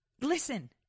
listen